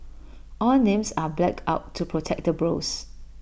all names are blacked out to protect the bros